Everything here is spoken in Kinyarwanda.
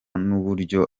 n’uburyo